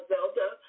Zelda